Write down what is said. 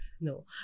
No